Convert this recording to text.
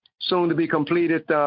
soon-to-be-completed